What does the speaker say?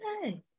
Okay